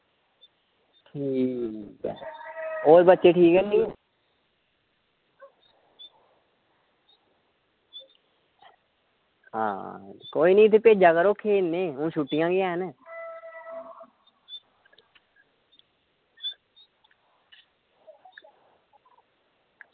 होर बच्चे ठीक ऐ नी कोई निं भेजा करो खेल्लनै गी हून छुट्टियां बी हैन